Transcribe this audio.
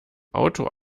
auto